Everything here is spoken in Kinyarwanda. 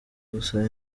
gusaba